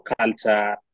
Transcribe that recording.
culture